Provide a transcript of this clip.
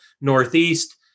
Northeast